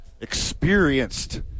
experienced